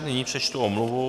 Nyní přečtu omluvu.